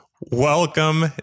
welcome